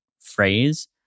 phrase